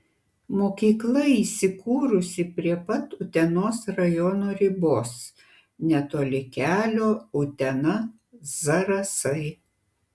mokykla įsikūrusi prie pat utenos rajono ribos netoli kelio utena zarasai